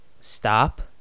stop